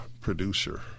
producer